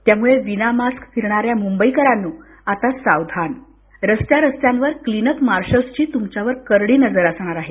त्यामुळे विनामास्क फिरणाऱ्या मुंबकारांनो आता सावधान रस्त्या रस्त्यावर क्लीन अप मार्शल्सची तुमच्यावर करडी नजर असणार आहे